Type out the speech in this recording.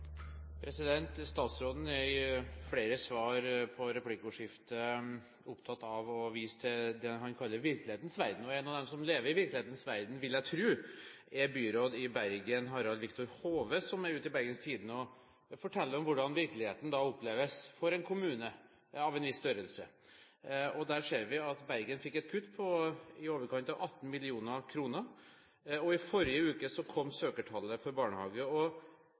Statsråden er i flere svar i replikkordskiftet opptatt av å vise til det han kaller virkelighetens verden. En av dem som lever i virkelighetens verden – vil jeg tro – er byråd i Bergen, Harald Victor Hove, som er ute i Bergens Tidende og forteller om hvordan virkeligheten oppleves for en kommune av en viss størrelse. Der ser vi at Bergen fikk et kutt på i overkant av 18 mill. kr. I forrige uke kom søkertallet for barnehagene, og